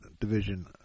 Division